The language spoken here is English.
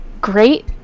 great